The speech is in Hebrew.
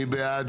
מי בעד?